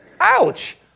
Ouch